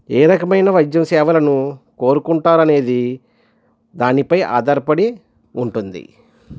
ఏ రకమైన వైద్య సేవలను కోరుకుంటారు అనేది దానిపై ఆధారపడి ఉంటుంది